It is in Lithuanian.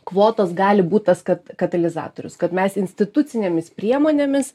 kvotos gali būt tas kat katalizatorius kad mes institucinėmis priemonėmis